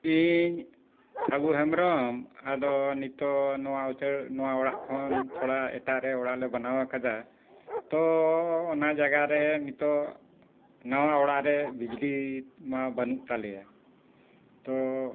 ᱤᱧ ᱯᱷᱟᱹᱜᱩ ᱦᱮᱢᱵᱨᱚᱢ ᱟᱫᱚ ᱱᱤᱛᱳᱜ ᱱᱚᱣᱟ ᱩᱪᱟᱹᱲ ᱱᱚᱣᱟ ᱚᱲᱟᱜ ᱠᱷᱚᱱ ᱛᱷᱚᱲᱟ ᱮᱴᱟᱜ ᱨᱮ ᱚᱲᱟᱜ ᱞᱮ ᱵᱮᱱᱟᱣ ᱟᱠᱟᱫᱟ ᱛᱚ ᱚᱱᱟ ᱡᱟᱭᱜᱟ ᱨᱮ ᱱᱤᱛᱳᱜ ᱱᱟᱣᱟ ᱚᱲᱟᱜ ᱨᱮ ᱵᱤᱡᱽᱞᱤ ᱢᱟ ᱵᱟᱹᱱᱩᱜ ᱛᱟᱞᱮᱭᱟ ᱛᱚ